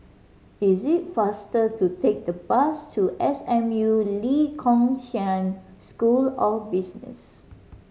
is it faster to take the bus to S M U Lee Kong Chian School of Business